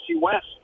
West